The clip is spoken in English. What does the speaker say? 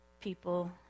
people